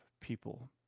people